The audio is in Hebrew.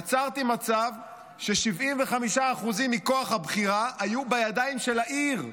יצרתי מצב ש-75% מכוח הבחירה היו בידיים של העיר.